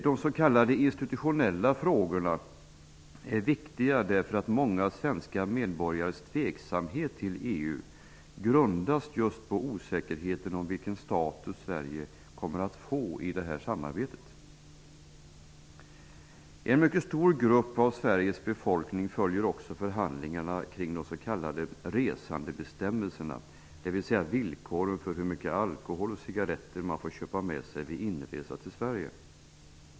De s.k. institutionella frågorna är viktiga därför att många svenska medborgares tveksamhet till EU just grundas på osäkerheten om vilken status Sverige kommer att få i det här samarbetet. En mycket stor grupp av Sveriges befolkning följer också förhandlingarna kring de s.k. resandebestämmelserna, dvs. villkoren för hur mycket alkohol och cigaretter man får köpa med sig vid inresa till Sverige.